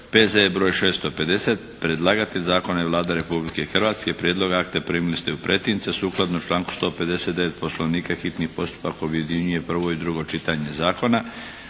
P.Z.E. br. 650 Predlagatelj zakona je Vlada Republike Hrvatske. Prijedlog akta primili ste u pretince. Sukladno članku 159. Poslovnika hitni postupak objedinjuje prvo i drugo čitanje zakona.